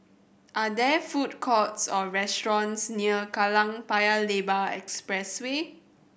are there food courts or restaurants near Kallang Paya Lebar Expressway